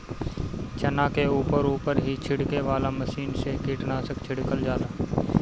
चना के ऊपर ऊपर ही छिड़के वाला मशीन से कीटनाशक छिड़कल जाला